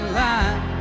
line